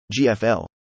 GFL